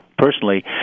personally